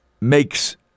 makes